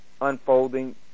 unfolding